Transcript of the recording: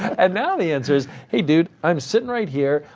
and now the answer is, hey, dude, i'm sitting right here.